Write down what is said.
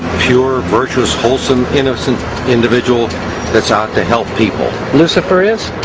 pure virtuous wholesome innocent individual, that's out to help people. lucifer is?